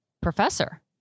Professor